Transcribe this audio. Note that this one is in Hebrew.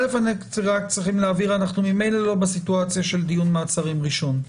אל"ף אנחנו ממילא לא במצב של דיון מעצרים ראשון.